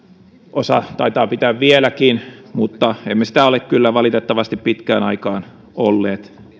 osa taitaa pitää vieläkin mutta emme sitä ole kyllä valitettavasti pitkään aikaan olleet